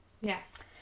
Yes